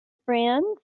friends